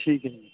ਠੀਕ ਹੈ